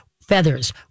feathers